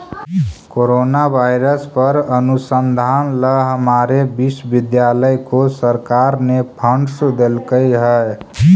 corona virus पर अनुसंधान ला हमारे विश्वविद्यालय को सरकार ने फंडस देलकइ हे